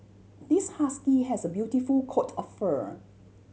this husky has a beautiful coat of fur